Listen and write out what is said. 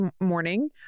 morning